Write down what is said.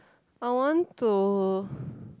I want to